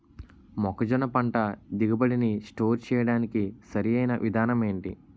మొక్కజొన్న పంట దిగుబడి నీ స్టోర్ చేయడానికి సరియైన విధానం ఎంటి?